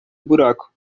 buraco